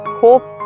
hope